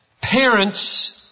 Parents